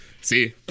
See